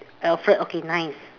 Alfred okay nice